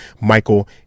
Michael